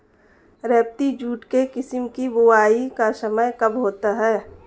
रेबती jute के किस्म की बुवाई का समय कब होता है?